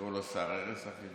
יקראו לו "שר הרס החינוך".